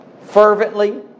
fervently